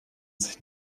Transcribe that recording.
sich